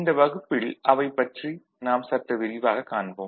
இந்த வகுப்பில் அவைப் பற்றி நாம் சற்று விரிவாகக் காண்போம்